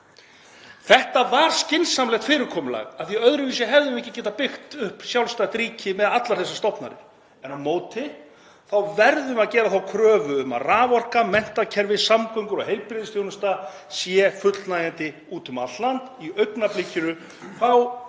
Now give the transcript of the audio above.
Þetta var skynsamlegt fyrirkomulag af því að öðruvísi hefðum við ekki getað byggt upp sjálfstætt ríki með allar þessar stofnanir en á móti verðum við að gera þá kröfu að raforka, menntakerfi, samgöngur og heilbrigðisþjónusta sé fullnægjandi úti um allt land. Í augnablikinu